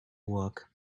work